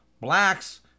blacks